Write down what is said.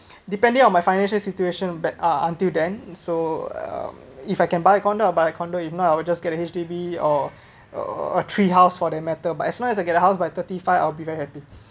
depending on my financial situation but uh until then so if I can buy a condo I‘ll buy a condo if not I’ll just get a H_D_B or uh a treehouse for the matter but as long as I get a house by thirty five I'll be very happy